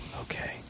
Okay